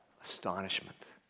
astonishment